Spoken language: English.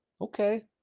Okay